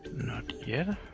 not yet.